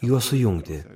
juos sujungti